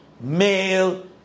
male